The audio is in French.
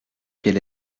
quel